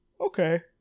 Okay